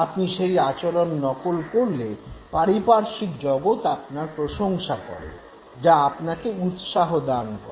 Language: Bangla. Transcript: আপনি সেই আচরণ নকল করলে পারিপার্শ্বিক জগৎ আপনার প্রশংসা করে যা আপনাকে উৎসাহ দান করে